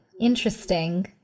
Interesting